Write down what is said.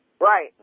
Right